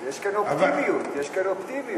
יש כאן אופטימיות, יש כאן אופטימיות.